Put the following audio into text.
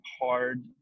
hard